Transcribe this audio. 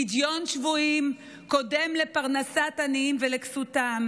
"פדיון שבויים קודם לפרנסת עניים ולכסותם,